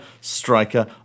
striker